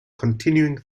continuing